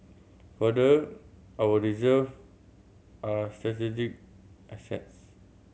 further our reserve are strategic assets